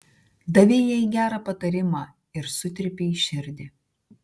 davei jai gerą patarimą ir sutrypei širdį